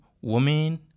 women